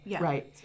Right